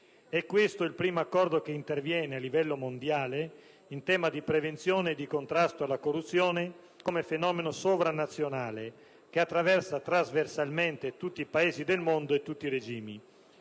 Questo è il primo accordo che interviene a livello mondiale in tema di prevenzione e di contrasto alla corruzione come fenomeno sovranazionale, che attraversa trasversalmente tutti i Paesi del mondo e tutti i regimi.